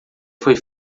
foi